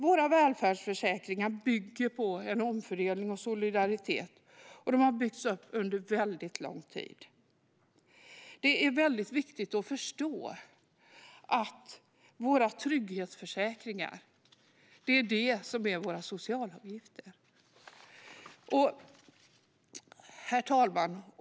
Våra välfärdsförsäkringar bygger på omfördelning och solidaritet, och de har byggts upp under väldigt lång tid. Det är viktigt att förstå att det som våra socialavgifter går till är våra trygghetsförsäkringar. Herr talman!